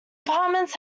apartments